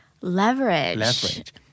Leverage